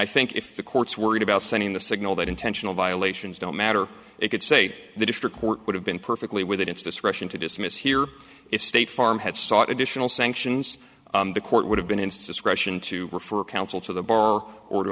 i think if the courts worried about sending the signal that intentional violations don't matter you could say the district court would have been perfectly within its discretion to dismiss here if state farm had sought additional sanctions the court would have been instance russian to refer counsel to the bar or to